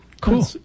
Cool